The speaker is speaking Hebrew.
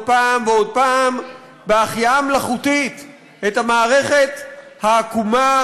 פעם בהחייאה מלאכותית את המערכת העקומה,